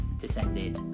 descended